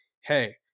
hey